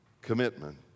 Commitment